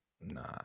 Nah